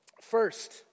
First